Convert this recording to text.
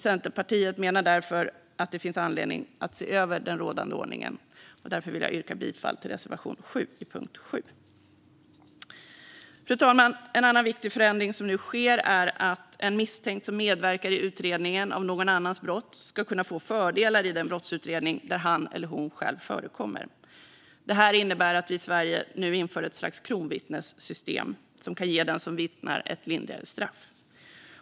Centerpartiet menar därför att det finns anledning att se över den rådande ordningen, och därför vill jag yrka bifall till reservation 7 under punkt 7. Fru talman! En annan viktig förändring som nu sker är att en misstänkt som medverkar i utredningen av någon annans brott ska kunna få fördelar i den brottsutredning där han eller hon själv förekommer. Det här innebär att vi i Sverige nu inför ett slags kronvittnessystem, som kan ge den som vittnar ett lindrigare straff.